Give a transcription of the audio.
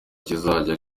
kizajya